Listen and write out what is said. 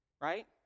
right